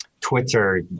Twitter